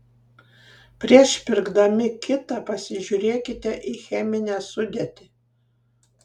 prieš pirkdami kitą pasižiūrėkite į cheminę sudėtį